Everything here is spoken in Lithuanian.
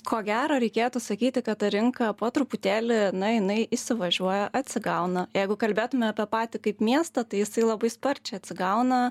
ko gero reikėtų sakyti kad ta rinka po truputėlį na jinai įsivažiuoja atsigauna jeigu kalbėtume apie patį kaip miestą tai jisai labai sparčiai atsigauna